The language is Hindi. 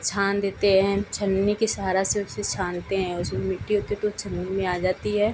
छान देते हैं छलनी के सहारे से उसे छानते हैं उसमें मिट्टी होती है तो मुँह में आ जाती है